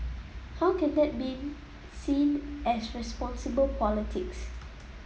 how can that be seen as responsible politics